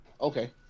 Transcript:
Okay